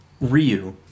Ryu